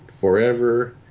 Forever